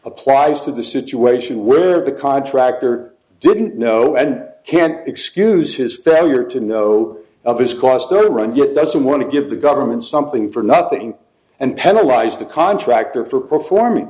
applies to the situation where the contractor didn't know and can't excuse his failure to know of his cost per round yet doesn't want to give the government something for nothing and penalize the contractor for performing